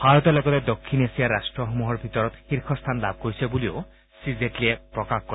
ভাৰত লগতে দক্ষিণ এছিয়াৰ ৰট্টসমূহৰ ভিতৰত শীৰ্ষ স্থান লাভ কৰিছে বুলিও শ্ৰীজেটলীয়ে প্ৰকাশ কৰে